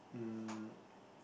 um